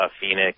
Phoenix